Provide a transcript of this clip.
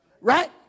Right